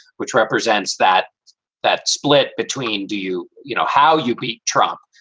which represents that that split between. do you you know how you beat trump?